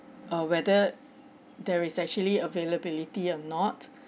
uh whether there is actually availability or not